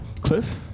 Cliff